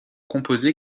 composé